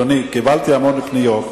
אדוני, קיבלתי המון פניות.